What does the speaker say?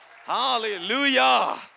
Hallelujah